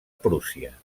prússia